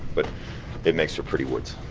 but it makes for pretty woods.